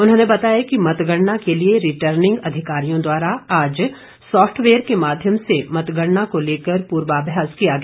उन्होंने बताया कि मतगणना के लिए रिटर्निंग अधिकारियों द्वारा आज सॉफ्टवेयर के माध्यम से मतगणना को लेकर पूर्वाभ्यास किया गया